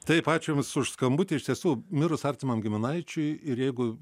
taip ačiū jums už skambutį iš tiesų mirus artimam giminaičiui ir jeigu